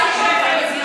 מה לעשות?